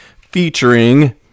featuring